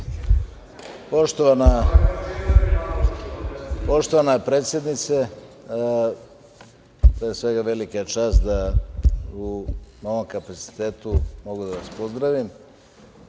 Poštovana predsednice, pre svega velika je čast da u novom kapacitetu mogu da vas pozdravim. Ono